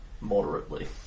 moderately